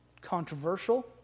Controversial